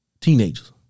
teenagers